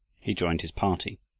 he joined his party.